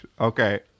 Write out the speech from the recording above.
Okay